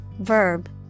verb